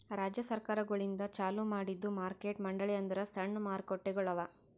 ರಾಜ್ಯ ಸರ್ಕಾರಗೊಳಿಂದ್ ಚಾಲೂ ಮಾಡಿದ್ದು ಮಾರ್ಕೆಟ್ ಮಂಡಳಿ ಅಂದುರ್ ಸಣ್ಣ ಮಾರುಕಟ್ಟೆಗೊಳ್ ಅವಾ